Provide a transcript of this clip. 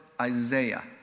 Isaiah